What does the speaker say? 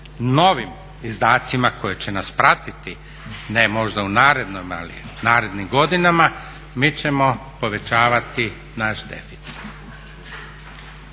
novim izdacima koji će nas pratiti, ne možda u narednoj ali narednim godinama, mi ćemo povećavati naš deficit.